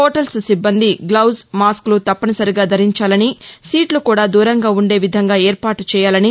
hotels సిబ్బంది gloves మాస్ములు తప్పనిసరిగా ధరించాలని సీట్లు కూడా దూరంగా ఉందే విధంగా ఏర్పాటు చేయాలని